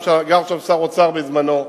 גר שם שר אוצר בזמנו,